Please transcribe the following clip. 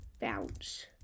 bounce